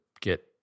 get